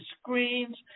screens